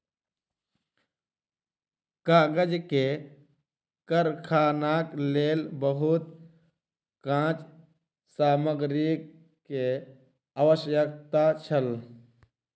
कागज के कारखानाक लेल बहुत काँच सामग्री के आवश्यकता छल